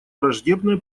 враждебная